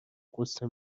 غصه